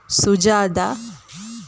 Sujata